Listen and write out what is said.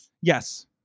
Yes